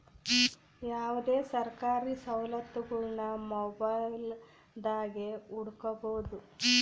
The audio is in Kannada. ಯಾವುದೇ ಸರ್ಕಾರಿ ಸವಲತ್ತುಗುಳ್ನ ಮೊಬೈಲ್ದಾಗೆ ಹುಡುಕಬೊದು